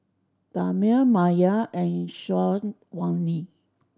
Damia Maya and Syazwani